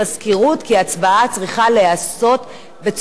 כי ההצבעה צריכה להיעשות בצורה מסודרת,